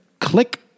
click